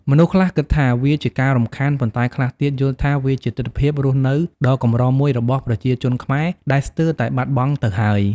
មនុស្សខ្លះគិតថា វាជាការរំខាន ប៉ុន្តែខ្លះទៀត យល់ថាវាជាទិដ្ឋភាពរស់នៅដ៏កម្រមួយរបស់ប្រជាជនខ្មែរ ដែលស្ទើរតែបាត់បង់ទៅហើយ។